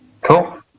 Cool